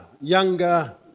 younger